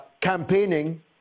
campaigning